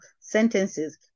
sentences